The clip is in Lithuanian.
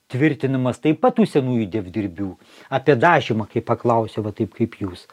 tvirtinamas taip pat tų senųjų dievdirbių apie dažymą kai paklausė va taip kaip jūs